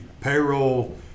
payroll